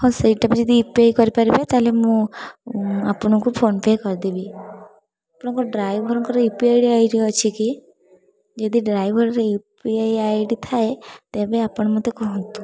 ହଁ ସେଇଟା ବି ଯଦି ୟୁ ପି ଆଇ କରିପାରିବେ ତା'ହାଲେ ମୁଁ ଆପଣଙ୍କୁ ଫୋନପେ କରିଦେବି ଆପଣଙ୍କ ଡ୍ରାଇଭରଙ୍କର ୟୁପିଆଇରେ ଆଇ ଡ଼ି ଅଛି କି ଯଦି ଡ୍ରାଇଭର୍ର U P I I D ଥାଏ ତେବେ ଆପଣ ମୋତେ କୁହନ୍ତୁ